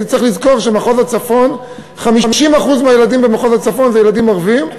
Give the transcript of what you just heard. צריך לזכור ש-50% מהילדים במחוז הצפון הם ילדים ערבים,